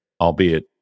albeit